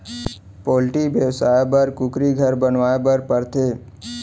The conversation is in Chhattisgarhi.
पोल्टी बेवसाय बर कुकुरी घर बनवाए बर परथे